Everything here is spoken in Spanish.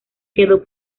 quedó